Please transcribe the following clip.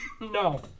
No